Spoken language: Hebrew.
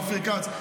אופיר כץ,